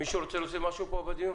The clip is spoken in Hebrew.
מישהו רוצה להוסיף משהו לדיון?